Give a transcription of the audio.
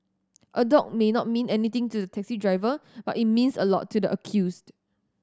a dog may not mean anything to the taxi driver but it meant a lot to the accused